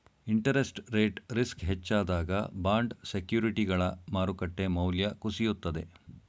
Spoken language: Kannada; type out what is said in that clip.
ಇಂಟರೆಸ್ಟ್ ರೇಟ್ ರಿಸ್ಕ್ ಹೆಚ್ಚಾದಾಗ ಬಾಂಡ್ ಸೆಕ್ಯೂರಿಟಿಗಳ ಮಾರುಕಟ್ಟೆ ಮೌಲ್ಯ ಕುಸಿಯುತ್ತದೆ